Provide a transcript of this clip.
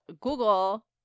Google